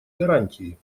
гарантии